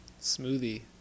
smoothie